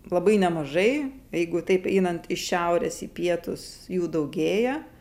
labai nemažai jeigu taip einant iš šiaurės į pietus jų daugėja